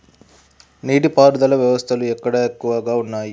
నీటి పారుదల వ్యవస్థలు ఎక్కడ ఎక్కువగా ఉన్నాయి?